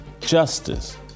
justice